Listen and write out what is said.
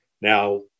Now